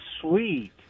Sweet